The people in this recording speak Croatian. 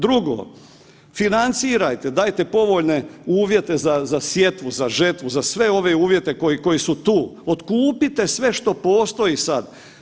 Drugo, financirajte, dajte povoljne uvjete za sjetvu, za žetvu, za sve ove uvjete koji su tu, otkupite sve što postoji sad.